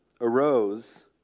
arose